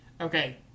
Okay